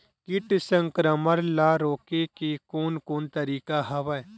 कीट संक्रमण ल रोके के कोन कोन तरीका हवय?